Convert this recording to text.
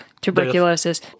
tuberculosis